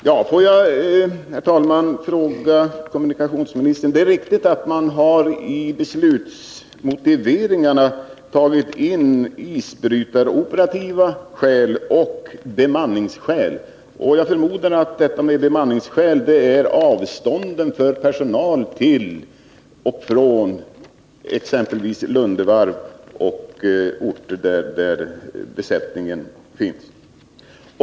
Herr talman! Jag skulle vilja ställa ytterligare en fråga till kommunikationsministern. Man har ju i beslutsmotiveringarna tagit in isbrytaroperativa skäl och bemanningsskäl. Jag förmodar att man med bemanningsskäl avser avstånden för personalen exempelvis vid Lunde Varv till och från de platser där besättningen finns.